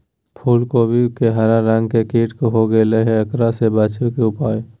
फूल कोबी में हरा रंग के कीट हो गेलै हैं, एकरा से बचे के उपाय?